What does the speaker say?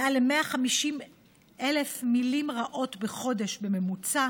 מעל ל-150,000 מילים רעות בחודש בממוצע.